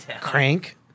Crank